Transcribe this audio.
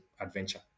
adventure